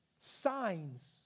signs